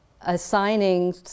assigning